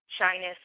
shyness